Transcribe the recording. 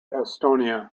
estonia